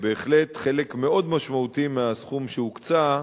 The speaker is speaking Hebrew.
בהחלט חלק מאוד משמעותי מהסכום שהוקצה,